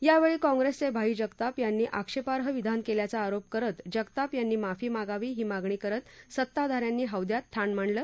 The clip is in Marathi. यावेळी काँप्रेसचे भाई जगताप यांनी आक्षेपार्ह विधान केल्याचा आरोप करत जगताप यांनी माफी मागावी ही मागणी करत सत्ताधान्यांनी हौद्यात ठाण मांडलं